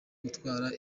gutwara